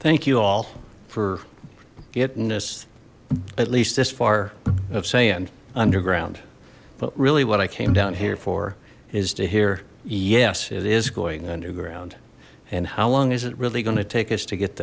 thank you all for getting us at least this far of saying underground but really what i came down here for is to hear yes it is going underground and how long is it really going to take us to get